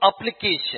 application